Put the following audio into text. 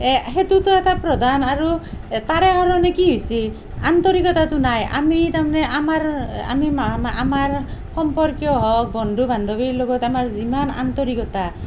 সেইটোতো এটা প্ৰধান আৰু এটাৰে কাৰণে কি হৈছি আন্তৰিকতাটো নাই আমি তাৰ মানে আমাৰ আমি আমাৰ সম্পৰ্কীয় হওক বন্ধু বান্ধৱীৰ লগত আমাৰ যিমান আন্তৰিকতা